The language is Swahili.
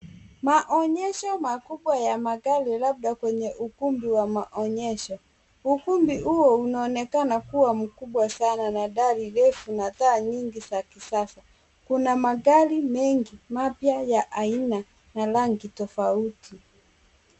Maonyesho makubwa ya magari labda kwenye ukumbi wa maonyesho, ukumbi huo unaonekana kuwa mkubwa sana na dari refu na taa nyingi za kisasa, kuna magari mengi mapya ya aina na rangi tofauti.